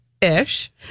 ish